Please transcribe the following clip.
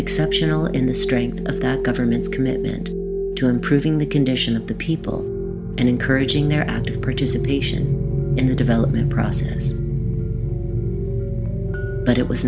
exceptional in the strength of the government's commitment to improving the condition of the people and encouraging their active participation in the development process but it was